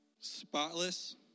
spotless